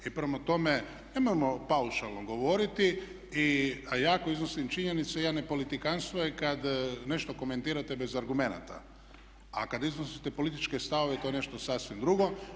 I prema tome, nemojmo paušalno govoriti, a ja ako iznosim činjenice ja ne, politikantstvo je kad nešto komentirate bez argumenata, a kad iznosite političke stavove to je nešto sasvim drugo.